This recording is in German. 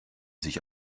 sich